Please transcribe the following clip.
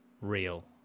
real